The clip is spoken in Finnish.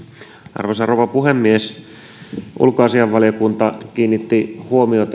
arvoisa rouva puhemies ulkoasiainvaliokunta kiinnitti huomiota